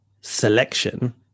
selection